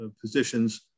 positions